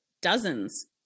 dozens